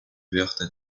vertes